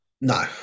no